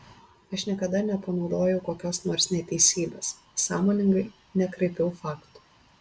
aš niekada nepanaudojau kokios nors neteisybės sąmoningai nekraipiau faktų